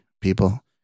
people